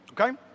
Okay